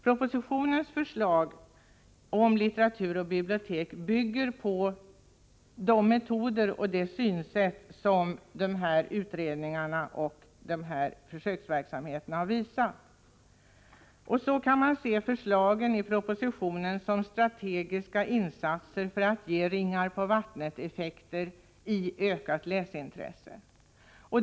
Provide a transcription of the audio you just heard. Propositionens förslag om litteratur och bibliotek bygger på de metoder och det synsätt som utredningar och försöksverksamhet har anvisat. Förslagen i propositionen kan ses som strategiska insatser för att ge ringar-påvattnet-effekter i fråga om ökat läsintresse.